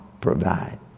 Provide